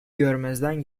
görmezden